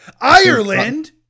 Ireland